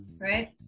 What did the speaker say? right